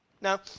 now